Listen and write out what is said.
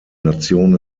nation